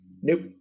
nope